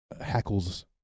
hackles